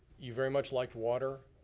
you very much liked water,